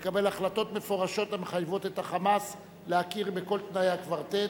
לקבל החלטות מפורשות המחייבות את ה"חמאס" להכיר בכל תנאי הקוורטט,